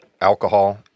alcohol